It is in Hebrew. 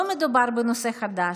לא מדובר בנושא חדש.